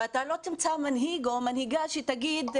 ואתה לא תמצא מנהיג או מנהיגה שתגיד,